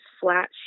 flat